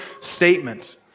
statement